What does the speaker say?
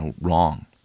wrong